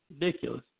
Ridiculous